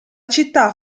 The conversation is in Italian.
città